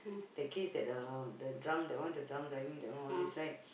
that case that uh the drunk that one the drunk driving all this right